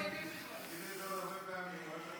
אלה שאין להם עמוד שדרה?